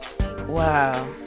wow